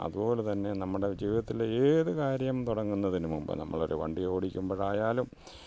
അതുപോലെ തന്നെ നമ്മുടെ ജീവിതത്തിലെ ഏതു കാര്യം തുടങ്ങുന്നതിനു മുൻപ് നമ്മളൊരു വണ്ടി ഓടിക്കുമ്പോഴായാലും